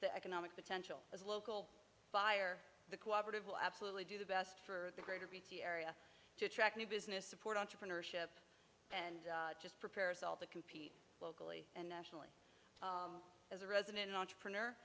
the economic potential as a local fire the cooperative will absolutely do the best for the greater beauty area to attract new business support entrepreneurship and just prepare us all to compete locally and nationally as a resident entrepreneur